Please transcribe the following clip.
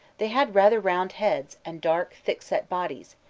they had rather round heads and dark thick-set bodies,